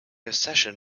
accession